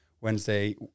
wednesday